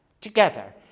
together